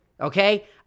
Okay